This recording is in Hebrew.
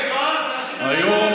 היום,